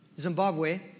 Zimbabwe